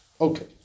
Okay